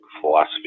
philosophy